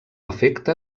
efecte